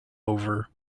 over